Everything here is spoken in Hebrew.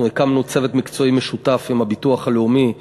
אנחנו הקמנו צוות מקצועי משותף עם הביטוח הלאומי,